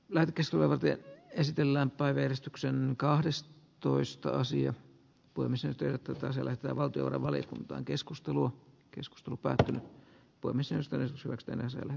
lempisäveltäjä esitellään päivystyksen kahdestoista sija kolmisen töitä toiselle ja valtiolle valiokuntaan keskustelua keskustelu päätetyn uimisesta ja suurten aseille